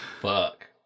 Fuck